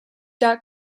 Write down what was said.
dot